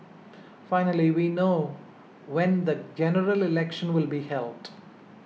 finally we know when the General Election will be held